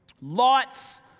Lot's